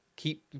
keep